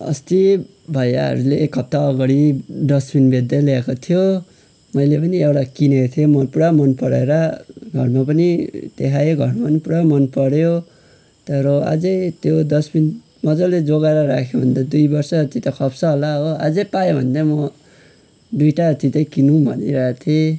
अस्ति भैयाहरूले एक हप्ता अगाडि डस्बिन बेच्दै ल्याएको थियो मैले पनि एउटा किनेको थिएँ पुरा मन पराएर घरमा पनि देखाएँ घरमा पनि पुरा मनपर्यो तर अझै त्यो डस्बिन मजाले जोगाएर राख्यो भने त दुई वर्ष जति त खप्छ होला हो अझै पायो भने म दुईवटा जति चाहिँ किनौँ भनिरहेको थिएँ